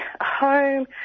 home